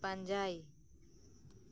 ᱯᱟᱧᱡᱟᱭ